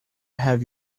have